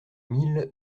mille